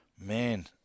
Man